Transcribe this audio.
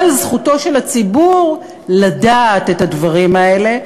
אבל זכותו של הציבור לדעת את הדברים האלה.